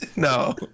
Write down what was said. No